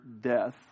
death